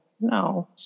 no